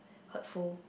hurtful